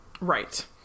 Right